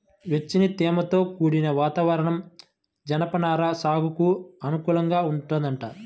వెచ్చని, తేమతో కూడిన వాతావరణం జనపనార సాగుకు అనువుగా ఉంటదంట